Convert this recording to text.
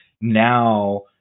now